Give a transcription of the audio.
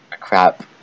crap